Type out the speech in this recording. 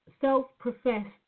self-professed